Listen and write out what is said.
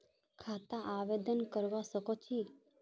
खाता आवेदन करवा संकोची?